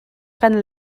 kan